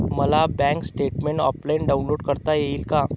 मला bank statement offline download करता येईल का?